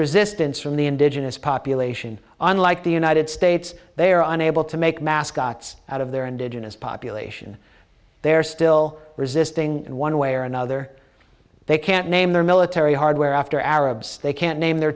resistance from the indigenous population unlike the united states they are unable to make mascots out of their indigenous population they're still resisting and one way or another they can't name their military hardware after arabs they can't name their